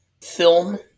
film